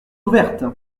ouvertes